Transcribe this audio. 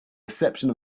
reception